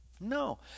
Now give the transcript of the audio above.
No